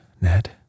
Ned